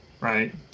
right